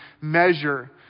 measure